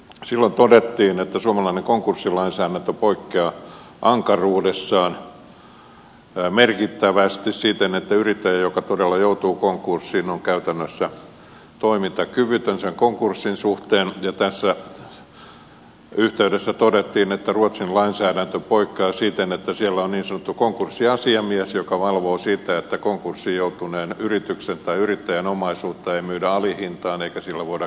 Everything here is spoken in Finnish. silloin todettiin että suomalainen konkurssilainsäädäntö poikkeaa ankaruudessaan merkittävästi siten että yrittäjä joka todella joutuu konkurssiin on käytännössä toimintakyvytön sen konkurssin suhteen ja tässä yhtey dessä todettiin että ruotsin lainsäädäntö poik keaa tästä siten että siellä on niin sanottu konkurssiasiamies joka valvoo sitä että konkurssiin joutuneen yrityksen tai yrittäjän omaisuutta ei myydä alihintaan eikä sillä voida keinotella